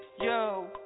yo